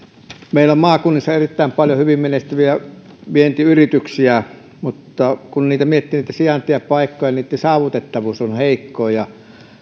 meillä maakunnissa on erittäin paljon hyvin menestyviä vientiyrityksiä mutta kun miettii niitä sijainteja ja paikkoja niin niitten saavutettavuus on heikko ja